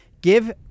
Give